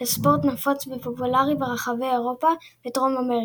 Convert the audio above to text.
לספורט נפוץ ופופולרי ברחבי אירופה ודרום אמריקה,